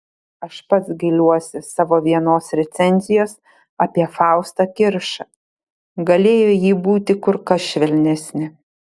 aš pats gailiuosi savo vienos recenzijos apie faustą kiršą galėjo ji būti kur kas švelnesnė